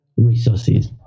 resources